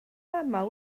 aml